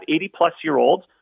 80-plus-year-olds